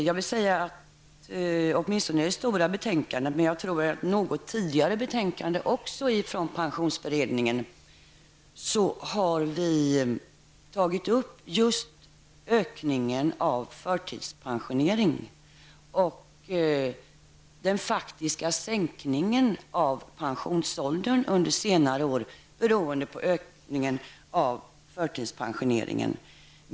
Jag vill säga att åtminstone i det stora betänkandet, men jag tror även i något tidigare betänkande har pensionsberedningen tagit upp just ökningen av förtidspensioneringen och den faktiska sänkningen av pensionsåldern under senare år beroende på ökningen av förtidspensioneringen.